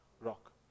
rock